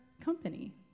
company